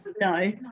No